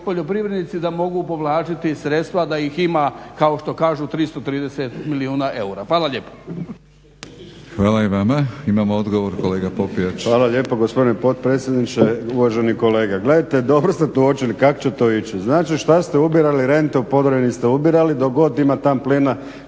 poljoprivrednici da mogu povlačiti sredstva da ih ima kao što kažu 330 milijuna eura. Hvala lijepo. **Batinić, Milorad (HNS)** Hvala i vama. Imamo odgovor kolega Popijač. **Popijač, Đuro (HDZ)** Hvala lijepo gospodine potpredsjedniče, uvaženi kolega. Gledajte dobro ste to uočili kako će to ići. Znači šta ste ubirali rente u Podravini ste ubirali dok god ima tamo plina